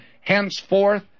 henceforth